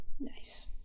Nice